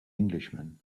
englishman